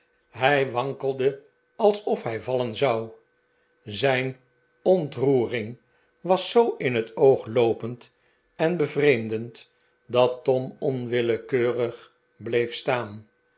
hij wankelde alsof hij vallen zou zijn ontroering was zoo in het oog loopend en bevreemdend dat tom onwillemaarten chuzzlewit keurig bleef staan